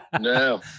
no